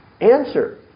answer